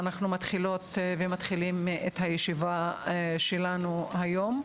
אנחנו מתחילות ומתחילים את הישיבה היום.